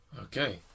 Okay